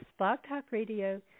BlogTalkRadio